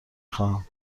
خواهم